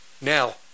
now